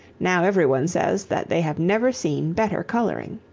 now everyone says that they have never seen better coloring.